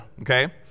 okay